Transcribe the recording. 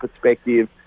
perspective